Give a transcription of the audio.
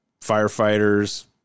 firefighters